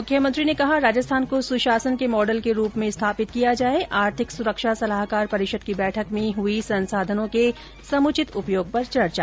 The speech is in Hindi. मुख्यमंत्री ने कहा राजस्थान को सुशासन के मॉडल के रूप में स्थापित किया जाए आर्थिक सुरक्षा सलाहकार परिषद की बैठक में हुई संसाधनों के समुचित उपयोग पर चर्चा